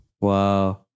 Wow